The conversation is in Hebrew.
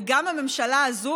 וגם הממשלה הזאת,